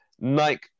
Nike